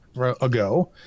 ago